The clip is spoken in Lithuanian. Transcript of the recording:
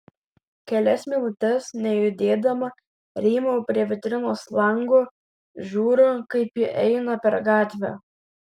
kelias minutes nejudėdama rymau prie vitrinos lango žiūriu kaip ji eina per gatvę